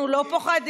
אנחנו לא פוחדים.